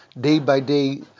day-by-day